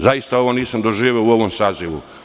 Zaista ovo nisam doživeo u ovom sazivu.